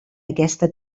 aquesta